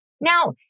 Now